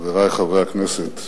חברי חברי הכנסת,